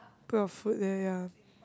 put your food there ya